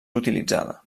utilitzada